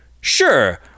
Sure